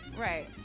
Right